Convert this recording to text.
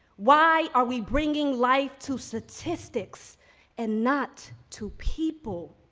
why are we bringing life to statistics and not to people?